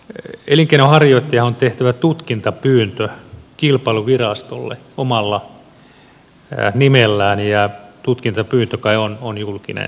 elinkeinonharjoittajanhan on tehtävä tutkintapyyntö kilpailuvirastolle omalla nimellään ja tutkintapyyntö kai on julkinen tieto